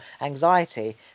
anxiety